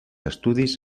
estudis